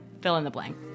fill-in-the-blank